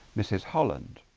mrs, holland